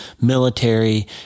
military